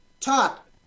top